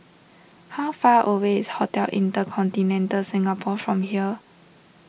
how far away is Hotel Intercontinental Singapore from here